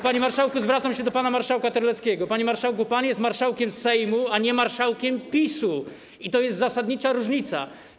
Panie marszałku - zwracam się do pana marszałka Terleckiego - panie marszałku, pan jest marszałkiem Sejmu, a nie marszałkiem PiS-u, i to jest zasadnicza różnica.